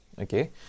okay